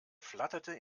flatterte